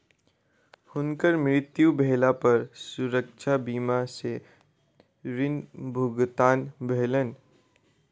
हुनकर मृत्यु भेला पर सुरक्षा बीमा सॅ ऋण भुगतान भेलैन